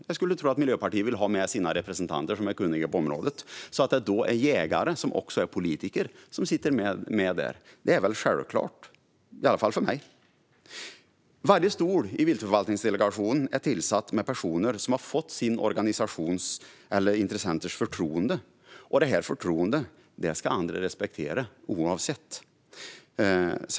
Jag skulle tro att Miljöpartiet vill ha med sina representanter som är kunniga på området, så att det är jägare som också är politiker som sitter med där. Det är väl självklart? Det är det i alla fall för mig. Varje stol i viltförvaltningsdelegationerna är tillsatt med personer som har fått sin organisations eller sina intressenters förtroende. Detta förtroende ska andra respektera oavsett.